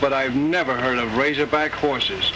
but i've never heard of razorback course